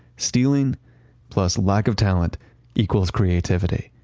stealing plus lack of talent equals creativity.